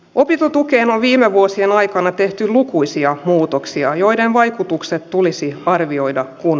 opintotukeen viime vuosien aikana tehty lukuisia muutoksia joiden vaikutukset tulisi arvioida kun